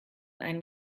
einen